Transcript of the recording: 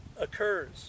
occurs